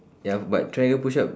ya but triangle push-up